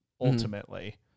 ultimately